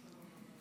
15 בספטמבר 2022,